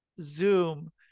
zoom